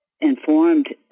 informed